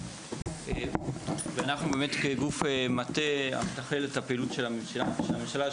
ואנחנו כגוף מטה המתכלל את הפעילות של הממשלה,